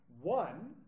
One